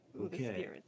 Okay